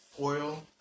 oil